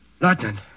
Lieutenant